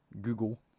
Google